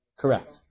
Correct